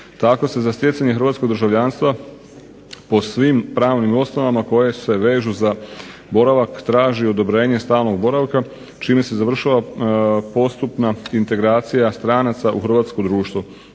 Tako se za stjecanje hrvatskog državljanstva po svim pravnim osnovama koje se vežu za boravak traži odobrenje stalnog boravka čime se završava postupna integracija stranaca u hrvatsko društvo.